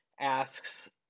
asks